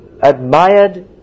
admired